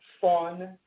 fun